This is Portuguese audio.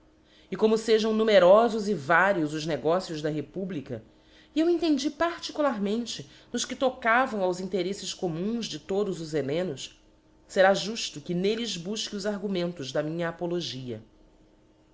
e como fejam numerofos e vários os negócios da republica e eu entendi particularmente nos que tocavam aos interefles communs de todos os hellenos fera jufto que n'elles bufque os argumentos da minha apologia